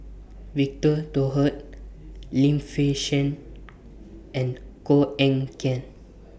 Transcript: Victor Doggett Lim Fei Shen and Koh Eng Kian